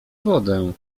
wodę